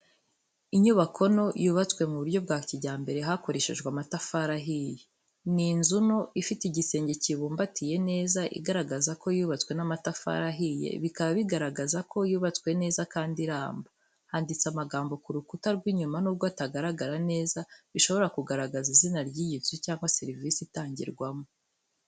Inyubako nto yubatswe mu buryo bwa kijyambere hakoreshejwe amatafari ahiye. Ni inzu nto ifite igisenge kibumbatiye neza, igaragara ko yubatswe n’amatafari ahiye, bikaba bigaragaza ko yubatswe neza kandi iramba. Handitse amagambo ku rukuta rw’inyuma nubwo atagaragara neza, bishobora kugaragaza izina ry'iyi nzu cyangwa serivisi itangirwamo.